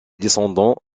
descendants